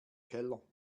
keller